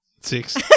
Six